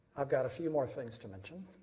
i've got a few more things to mention.